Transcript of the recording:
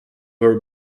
her